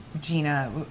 Gina